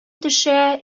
төшә